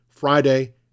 Friday